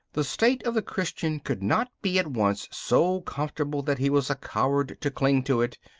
the state of the christian could not be at once so comfortable that he was a coward to cling to it,